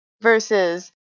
Versus